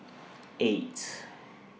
eight